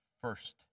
first